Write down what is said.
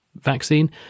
vaccine